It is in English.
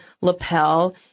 lapel